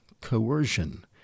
coercion